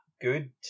good